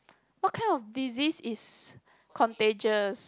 what kind of disease is contagious